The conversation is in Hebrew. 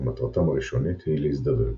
ומטרתם הראשונית היא להזדווג.